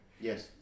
Yes